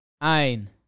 Ein